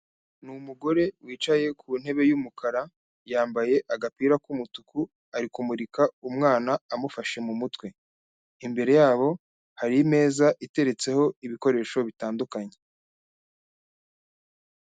Ni umugore wicaye ku ntebe y'umukara yambaye agapira k'umutuku ari kumurika umwana amufashe mu mutwe, imbere yabo hari imeza iteretseho ibikoresho bitandukanye.